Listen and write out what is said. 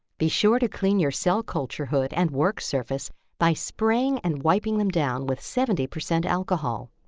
be sure to clean your cell culture hood and work surface by spraying and wiping them down with seventy percent alcohol.